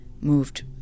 moved